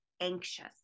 anxious